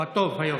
הוא הטוב היום.